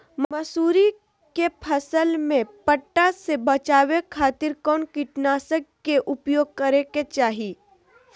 मसूरी के फसल में पट्टा से बचावे खातिर कौन कीटनाशक के उपयोग करे के चाही?